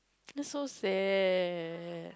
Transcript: that's so sad